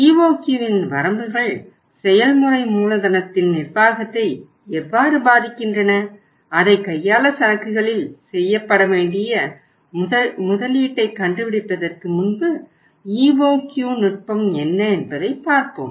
EOQ இன் வரம்புகள் செயல்முறை மூலதனத்தின் நிர்வாகத்தை எவ்வாறு பாதிக்கின்றன அதை கையாள சரக்குகளில் செய்யப்பட வேண்டிய முதலீட்டைக் கண்டுபிடிப்பதிற்கு முன்பு EOQ நுட்பம் என்ன என்பதை பார்ப்போம்